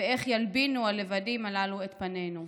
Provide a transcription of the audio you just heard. ואיך ילבינו / הלבנים הללו את פנינו.